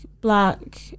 black